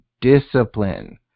discipline